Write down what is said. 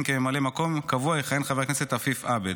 ששון גואטה שכיהן כממלא מקום קבוע יכהן חבר הכנסת עפיף עבד.